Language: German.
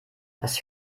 das